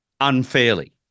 unfairly